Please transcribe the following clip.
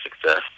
success